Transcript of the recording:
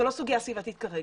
זאת לא סוגיה סביבתית כרגע.